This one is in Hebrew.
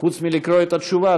חוץ מלקרוא את התשובה,